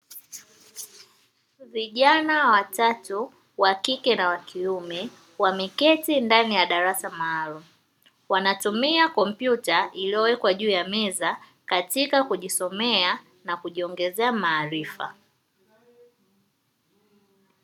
Vijana watatu, wakike na wakiume wameketi ndani ya darasa maalumu. Wanatumia kompyuta iliyowekwa juu ya meza katika kujisomea na kujiongezea maarifa.